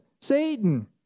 Satan